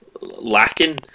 lacking